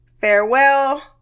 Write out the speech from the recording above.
farewell